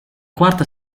quarta